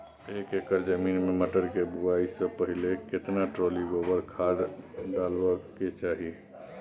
एक एकर जमीन में मटर के बुआई स पहिले केतना ट्रॉली गोबर खाद डालबै के चाही?